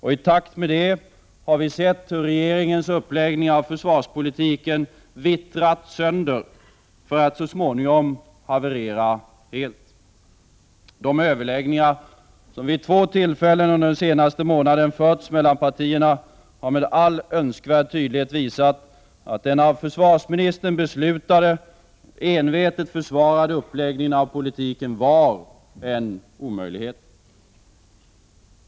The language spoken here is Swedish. I takt med det har vi sett hur regeringens uppläggning av försvarspolitiken vittrat sönder för att så småningom haverera helt. De överläggningar som vid två tillfällen under den senaste månaden förts mellan partierna har med all önskvärd tydlighet visat att den av försvarsministern beslutade och envetet försvarade uppläggningen av politiken var en omöjlighet.